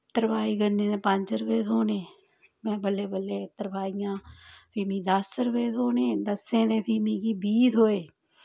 तरपाई करने दे पंज रपेऽ थ्होने में बल्लें बल्लें तरपाइयां फ्ही मिगी दस रपेऽ थ्होने दस्सें दे फ्ही मिगी बीह् थ्होए